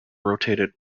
rotated